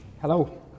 Hello